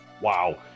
Wow